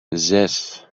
zes